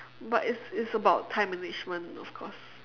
but it's it's about time management of course